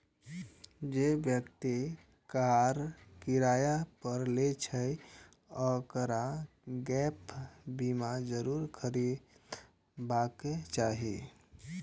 जे व्यक्ति कार किराया पर लै छै, ओकरा गैप बीमा जरूर खरीदबाक चाही